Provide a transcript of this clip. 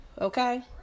Okay